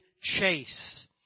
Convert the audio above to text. chase